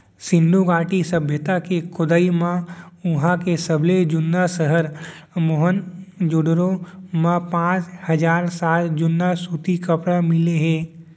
सिंधु घाटी सभ्यता के खोदई म उहां के सबले जुन्ना सहर मोहनजोदड़ो म पांच हजार साल जुन्ना सूती कपरा मिले हे